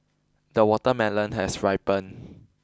the watermelon has ripened